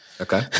okay